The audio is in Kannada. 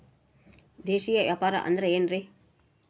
ದೇಶೇಯ ವ್ಯಾಪಾರ ಅಂದ್ರೆ ಏನ್ರಿ?